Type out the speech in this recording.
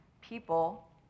people